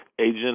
agent